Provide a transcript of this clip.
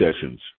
sessions